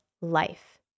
life